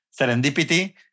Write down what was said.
serendipity